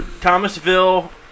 Thomasville